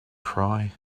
cry